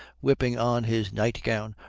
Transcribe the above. whipping on his night-gown,